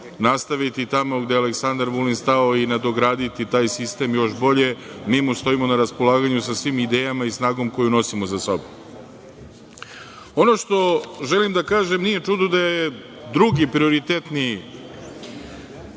nastaviti tamo gde je Aleksandar Vulin stao i nadograditi taj sistem još bolje. Mi mu stojimo na raspolaganju sa svim idejama i snagom koju nosimo sa sobom. Ono što želim da kažem, nije čudo da je drugi prioritetni